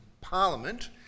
Parliament